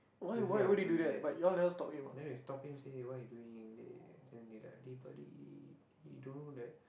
this guy was doing that then we stop him say what are you doing they then they like hey buddy you don't know that